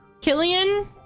Killian